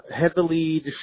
heavily